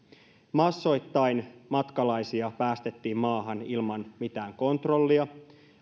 massoittain matkalaisia päästettiin maahan ilman mitään kontrollia